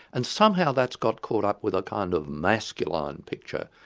and somehow that's got caught up with a kind of masculine picture.